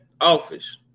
office